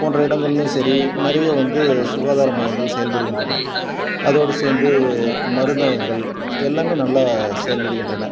போன்ற இடங்கள்லையும் சரி நிறைய வந்து சுகாதார மையங்கள் செயல்படுகின்றன அதோடு சேர்ந்து மருந்தகங்கள் எல்லாமே நல்லா செயல்படுகின்றன